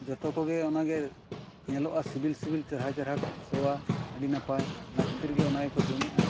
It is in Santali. ᱡᱚᱛᱚ ᱠᱚᱜᱮ ᱚᱱᱟ ᱜᱮ ᱧᱮᱞᱚᱜᱼᱟ ᱥᱤᱵᱤᱞᱼᱥᱤᱵᱤᱞ ᱪᱮᱨᱦᱟᱼᱪᱮᱨᱦᱟ ᱥᱚᱣᱟ ᱟᱹᱰᱤ ᱱᱟᱯᱟᱭ ᱚᱱᱟ ᱠᱷᱟᱹᱛᱤᱨ ᱜᱮ ᱚᱱᱟ ᱜᱮᱠᱚ ᱡᱚᱢᱮᱫᱼᱟ